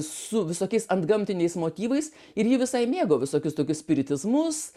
su visokiais antgamtiniais motyvais ir ji visai mėgo visokius tokius spiritizmus